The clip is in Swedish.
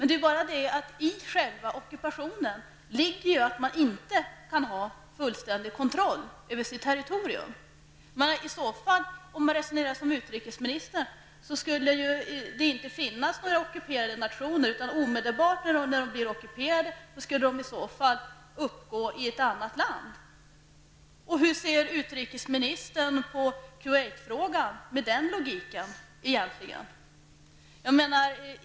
Det är bara det att i själva ockupationen ligger ju att landet inte kan ha fullständig kontroll över sitt territorium. Om man resonerar som utrikesministern, skulle det ju inte finnas några ockuperade nationer. När länderna blir ockuperade, skulle de i så fall omedelbart uppgå i ett annat land. Och hur ser utrikesministern egentligen på Kuwaitfrågan med den logiken?